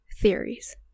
theories